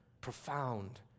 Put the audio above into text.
profound